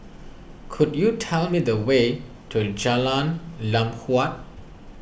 could you tell me the way to Jalan Lam Huat